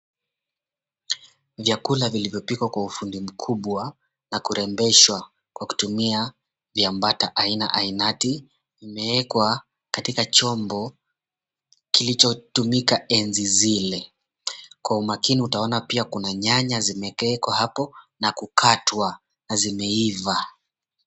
Vyakula vilivyopikwa kwa ufundi mkubwa na kurembeshwa kwa kutumia viambata aina ainati vimeekwa katika chombo kilichotumika enzi zile, kwa umakini utaona pia kuna nyanya zimewekwa hapo na kukatwa na zimeiva.